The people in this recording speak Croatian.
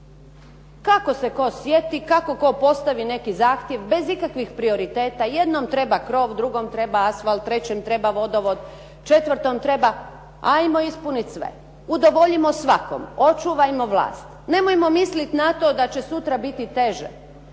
Kako se tko sjeti, kako tko postavi neki zahtjev, bez ikakvih prioriteta, jedno treba krov, drugom treba asfalt, trećem treba vodovod, četvrtom treba, 'ajmo ispuniti sve, udovoljimo svakom, očuvajmo vlast. nemojmo misliti na to da će sutra biti teže.